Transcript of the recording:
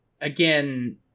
Again